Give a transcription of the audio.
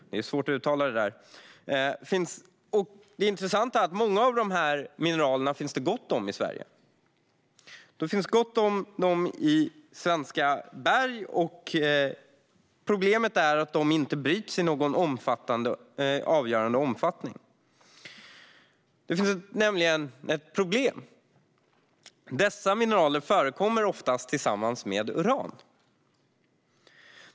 Det finns gott om många av dessa mineraler i svenska berg, men de bryts inte i någon avgörande omfattning. Det finns nämligen ett problem: Dessa mineraler förekommer ofta tillsammans med uran.